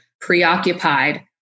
preoccupied